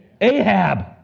Ahab